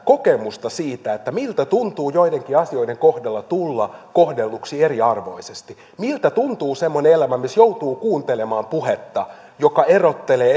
kokemusta siitä miltä tuntuu joidenkin asioiden kohdalla tulla kohdelluksi eriarvoisesti miltä tuntuu semmoinen elämä missä joutuu kuuntelemaan puhetta joka erottelee